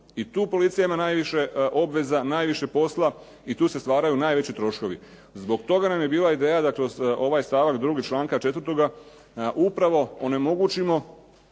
i tu policija ima najviše obveza, najviše posla i tu se stvaraju najveći troškovi. Zbog toga nam je bila ideja da kroz ovaj stavak drugi članka četvrtoga upravo onemogućimo